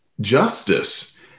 Justice